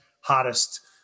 hottest